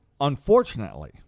unfortunately